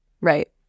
Right